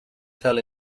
fell